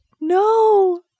no